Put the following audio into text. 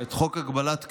את חוק הגבלת כהונה,